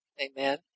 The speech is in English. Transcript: Amen